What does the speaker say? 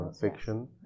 fiction